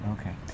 Okay